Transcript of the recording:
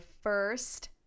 first